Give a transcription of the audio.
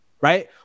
right